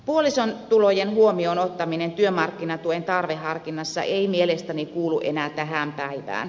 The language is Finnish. puolison tulojen huomioon ottaminen työmarkkinatuen tarveharkinnassa ei mielestäni kuulu enää tähän päivään